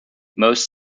most